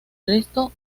resto